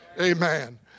Amen